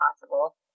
possible